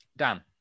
Dan